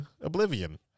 Oblivion